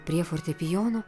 prie fortepijono